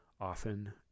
often